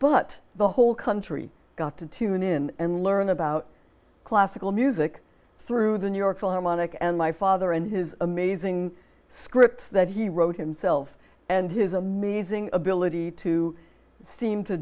but the whole country got to tune in and learn about classical music through the new york philharmonic and my father and his amazing scripts that he wrote himself and his amazing ability to seem to